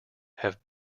have